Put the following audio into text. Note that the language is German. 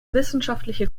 wissenschaftliche